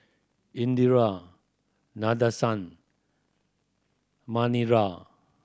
Indira Nadesan Manira